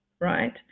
right